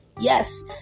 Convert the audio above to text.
yes